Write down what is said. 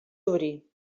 obrir